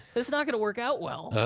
it's not gonna work out well. oh,